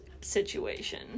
situation